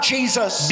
Jesus